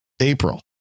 april